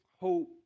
hope